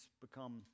become